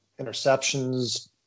interceptions